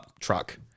Truck